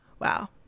Wow